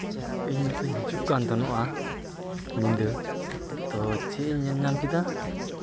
ᱤᱧ ᱢᱟᱛᱚᱧ ᱦᱤᱡᱩᱜ ᱠᱟᱱ ᱛᱟᱦᱮᱱᱚᱜᱼᱟ ᱧᱤᱫᱟᱹ ᱛᱳ ᱪᱮᱫ ᱤᱧ ᱧᱮᱞ ᱧᱟᱢ ᱠᱮᱫᱟ